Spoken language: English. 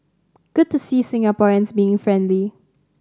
good to see Singaporeans being friendly